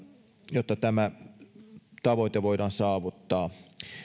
jotta tämä tavoite voidaan saavuttaa